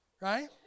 right